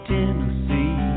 Tennessee